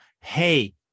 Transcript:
hey